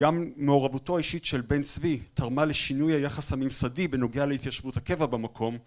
גם מעורבותו האישית של בן צבי תרמה לשינוי היחס הממסדי בנוגע להתיישבות הקבע במקום